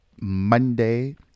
monday